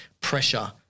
pressure